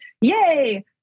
yay